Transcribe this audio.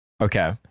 Okay